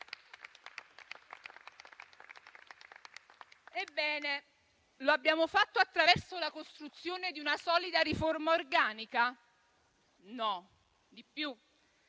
Ebbene, lo abbiamo fatto attraverso la costruzione di una solida riforma organica? No, di più: